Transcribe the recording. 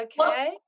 Okay